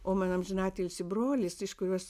o mano amžinatilsį brolis iš kurios